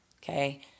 okay